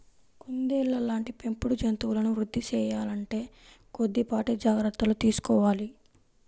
కుందేళ్ళ లాంటి పెంపుడు జంతువులను వృద్ధి సేయాలంటే కొద్దిపాటి జాగర్తలు తీసుకోవాలి